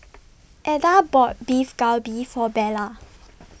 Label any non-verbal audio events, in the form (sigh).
(noise) Eda bought Beef Galbi For Bella